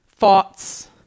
thoughts